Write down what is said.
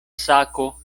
sako